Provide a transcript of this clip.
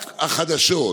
רק החדשות,